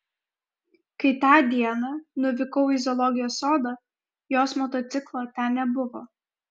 kai tą dieną nuvykau į zoologijos sodą jos motociklo ten nebuvo